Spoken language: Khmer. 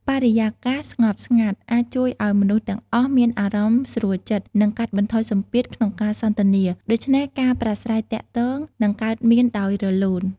បរិយាកាសស្ងប់ស្ងាត់ អាចជួយឲ្យមនុស្សទាំងអស់មានអារម្មណ៍ស្រួលចិត្ត និងកាត់បន្ថយសម្ពាធក្នុងការសន្ទនា ដូច្នេះការប្រាស្រ័យទាក់ទងនឹងកើតមានដោយរលូន។